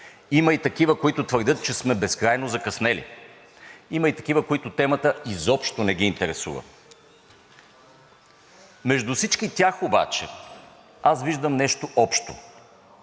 Между всички тях обаче аз виждам нещо общо – те всички искат едно и също нещо, и това е сигурност у нас, в България.